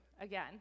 again